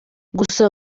gusa